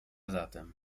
zatem